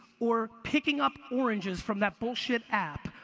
or picking up oranges from that bullshit app,